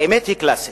האמת, היא קלאסית,